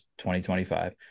2025